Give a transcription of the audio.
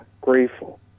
grateful